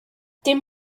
dim